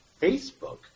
Facebook